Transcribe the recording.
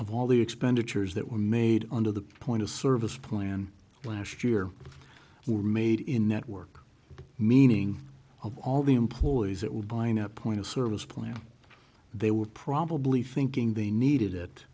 of all the expenditures that were made under the point of service plan last year were made in network meaning of all the employees at woodbine at point of service plan they were probably thinking they needed it